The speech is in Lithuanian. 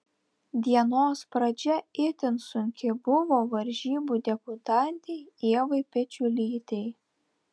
dienos pradžia itin sunki buvo varžybų debiutantei ievai pečiulytei